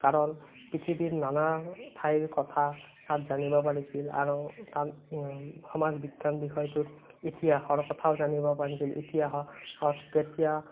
কাৰণ পৃথিৱীৰ নানা ঠাইৰ কথা তাত জানিব পাৰিছিলোঁ আৰু তাত সমাজ বিজ্ঞান বিষয়টোত ইতিহাসৰ কথাও জানিব পাৰিছিলোঁ ইতিহাসত কেতিয়া